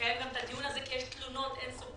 לקיים את הדיון הזה, כי יש תלונות אינסופיות,